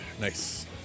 Nice